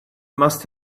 must